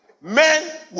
Men